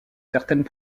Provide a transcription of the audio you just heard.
certaines